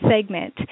segment